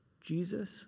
Jesus